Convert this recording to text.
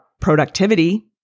productivity